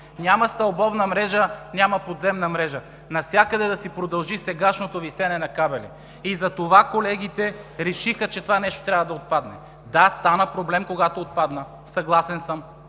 няма стълбовна мрежа, няма подземна мрежа – навсякъде да си продължи сегашното висене на кабели. Затова колегите решиха, че това нещо трябва да отпадне. Да, стана проблем, когато отпадна. Съгласен съм.